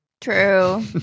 True